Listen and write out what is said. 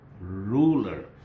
ruler